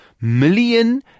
million